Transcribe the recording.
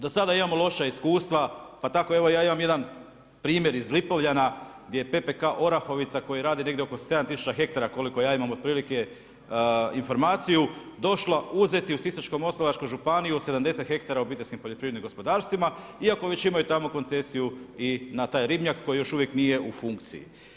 Do sada imamo loša iskustva, pa tako evo ja imam jedan primjer iz Lipovljana gdje je PPK Orahovica koji rade negdje oko 7000 hektara koliko ja imam otprilike informaciju došlo uzeti u Sisačko-moslavačku županiju 70 hektara obiteljskim poljoprivrednim gospodarstvima, iako već imaju tamo koncesiju i na taj ribnjak koji još uvijek nije u funkciji.